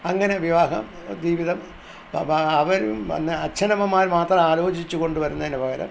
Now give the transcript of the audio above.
അങ്ങനെ വിവാഹ ജീവിതം അവരും പിന്നെ അച്ഛനമ്മമാർ മാത്രം ആലോചിച്ചു കൊണ്ടു വരുന്നതിന് പകരം